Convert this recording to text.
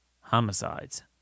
homicides